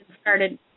started